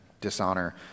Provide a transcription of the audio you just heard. dishonor